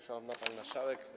Szanowna Pani Marszałek!